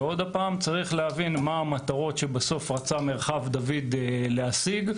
צריך להבין מה המטרות שמרחב דוד רצה להשיג.